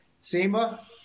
SEMA